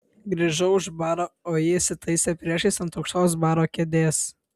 grįžau už baro o ji įsitaisė priešais ant aukštos baro kėdės